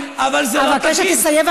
אני מבקשת שתסיים,